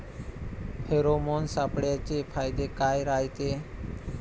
Pheromone सापळ्याचे फायदे काय रायते?